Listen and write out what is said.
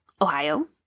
Ohio